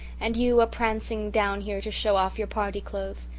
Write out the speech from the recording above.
and you a-prancing down here to show off your party clothes.